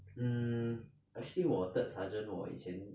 mm actually 我 third sergeant 我以前